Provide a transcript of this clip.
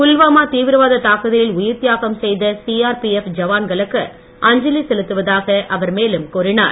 புல்வாமா தீவிரவாதத் தாக்குதலில் உயிர் தியாகம் செய்த சிஆர்பிஎப் ஜவான்களுக்கு அஞ்சலி செலுத்துவதாக அவர் மேலும் கூறினார்